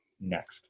next